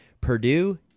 Purdue